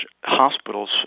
hospitals